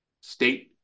state